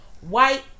white